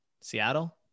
Seattle